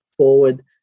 Forward